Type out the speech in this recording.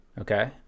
Okay